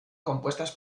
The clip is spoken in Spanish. compuestas